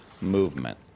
movement